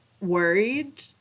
worried